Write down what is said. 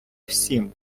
всім